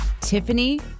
Tiffany